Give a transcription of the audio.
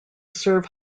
serve